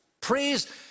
Praise